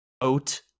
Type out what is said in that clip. Oat